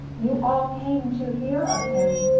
you all came to hear of him.